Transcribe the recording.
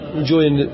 enjoying